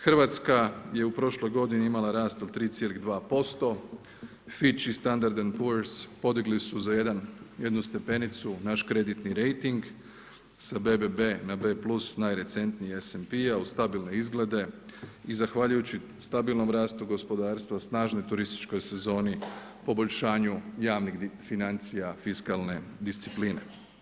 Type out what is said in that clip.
Hrvatska je u prošloj godini imala rast od 3,2%, Fitch Standard & Poors podigli su za jedan, jednu stepenicu naš kreditni rejting sa BBB na B+ s najrecentnije SNP u stabilne izglede i zahvaljujući stabilnom rastu gospodarstva, snažnoj turističkoj sezoni, poboljšanju javnih financija fiskalne discipline.